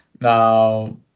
Now